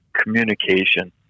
communication